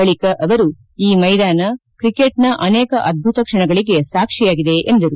ಬಳಿಕ ಅವರು ಈ ಮೈದಾನ ಕ್ರಿಕೆಟ್ನ ಅನೇಕ ಅದ್ದುತ ಕ್ಷಣಗಳಿಗೆ ಸಾಕ್ಷ್ಯಿಯಾಗಿದೆ ಎಂದರು